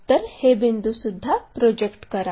तर हे बिंदू सुद्धा प्रोजेक्ट करा